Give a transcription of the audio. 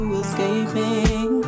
escaping